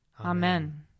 Amen